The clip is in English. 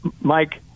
Mike